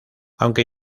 aunque